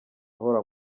ahora